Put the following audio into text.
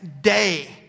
day